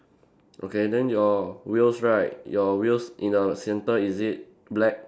okay then your wheels right your wheels in the centre is it black